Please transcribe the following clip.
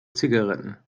zigaretten